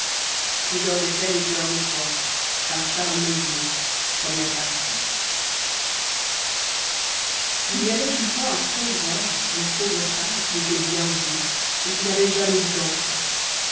trésor des fêvbs m fleur des pois conte ma t eb l y avait une fois un pauvre homme et une pauvre femme qui étaient bien vieux et qui n'avaient jamais eu d'enfants